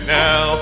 now